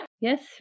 yes